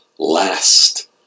Last